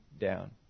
down